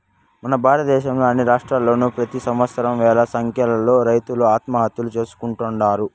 మన భారతదేశంలో అన్ని రాష్ట్రాల్లోనూ ప్రెతి సంవత్సరం వేల సంఖ్యలో రైతులు ఆత్మహత్యలు చేసుకుంటున్నారు